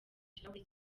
ikirahuri